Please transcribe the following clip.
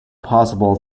possible